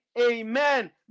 amen